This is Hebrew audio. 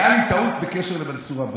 הייתה לי טעות בקשר למנסור עבאס.